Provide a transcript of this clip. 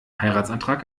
heiratsantrag